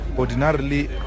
Ordinarily